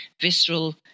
visceral